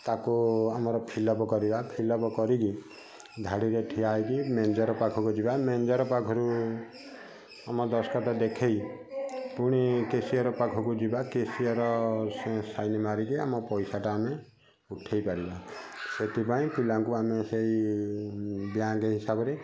ତାକୁ ଆମର ଫିଲପ କରିବା ଫିଲପ କରିକି ଧାଡ଼ିରେ ଠିଆ ହେଇକି ମ୍ୟାନେଜର ପାଖକୁ ଯିବା ମ୍ୟାନେଜର ପାଖରୁ ଆମ ଦସ୍ତଖତ ଦେଖାଇ ଫୁଣି କ୍ୟାସିଅର ପାଖକୁ ଯିବା କ୍ୟାସିଅର ସାଇନ ମାରିକି ଆମ ପଇସା ଟା ଆମେ ଉଠେଇ ପାରିବା ସେଥିପାଇଁ ପିଲାଙ୍କୁ ଆମେ ସେଇ ବ୍ୟାଙ୍କ ହିସାବରେ